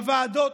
בוועדות,